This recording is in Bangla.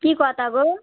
কী কথা গো